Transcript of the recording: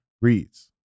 reads